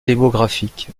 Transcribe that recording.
démographique